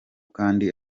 kandi